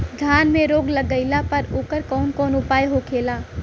धान में रोग लग गईला पर उकर कवन कवन उपाय होखेला?